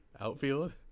Outfield